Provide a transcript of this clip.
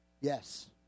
Yes